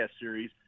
series